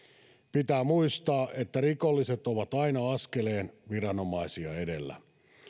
pitää muistaa että rikolliset ovat aina askeleen viranomaisia edellä